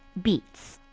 beets.